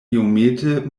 iomete